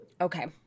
Okay